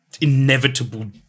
inevitable